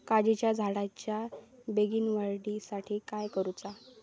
काजीच्या झाडाच्या बेगीन वाढी साठी काय करूचा?